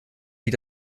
wie